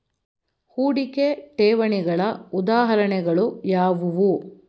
ಹೂಡಿಕೆ ಠೇವಣಿಗಳ ಉದಾಹರಣೆಗಳು ಯಾವುವು?